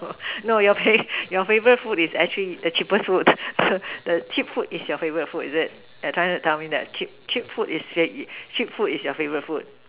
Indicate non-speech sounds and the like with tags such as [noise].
[noise] no your fav~ your favourite food is actually cheapest food the the cheapest food the the cheap food is your favourite food is it that you are trying to tell me that cheap food is cheap food is your favourite food